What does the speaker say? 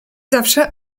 zawsze